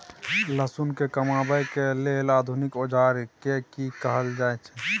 लहसुन के कमाबै के लेल आधुनिक औजार के कि कहल जाय छै?